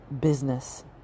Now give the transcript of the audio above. business